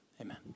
Amen